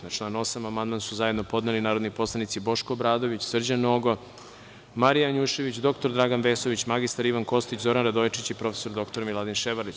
Na član 8. amandman su zajedno podneli narodni poslanici Boško Obradović, Srđan Nogo, Marija Janjušević, dr Dragan Vesović, mr Ivan Kostić, Zoran Radojičić i prof. dr Miladin Ševarlić.